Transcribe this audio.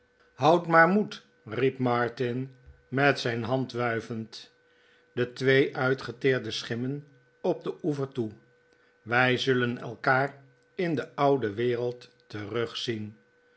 houdt maar moed riep martin met zijn hand wuivend de twee uitgeteerde schimmen op den oever toe wij zullen elkaar in de oude wereld terugzie